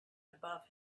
above